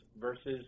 versus